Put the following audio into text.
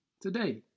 today